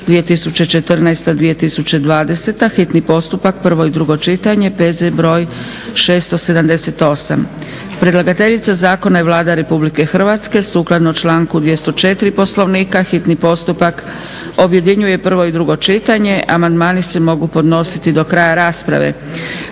2014.-2020., hitni postupak, prvo i drugo čitanje, P.Z. br. 678. Predlagateljica zakona je Vlada RH. Sukladno članku 204. Poslovnika hitni postupak objedinjuje prvo i drugo čitanje, amandmani se mogu podnositi do kraja rasprave.